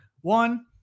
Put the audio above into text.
One